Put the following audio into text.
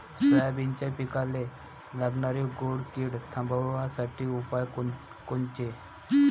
सोयाबीनच्या पिकाले लागनारी खोड किड थांबवासाठी उपाय कोनचे?